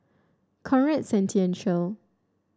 Conrad Centennial